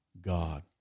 god